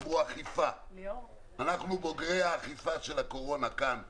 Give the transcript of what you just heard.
אמרו אכיפה אנחנו בוגרי האכיפה של הקורונה כאן בוועדה,